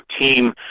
team